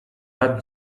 lat